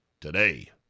today